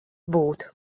būt